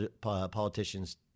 politicians